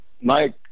Mike